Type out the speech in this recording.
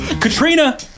Katrina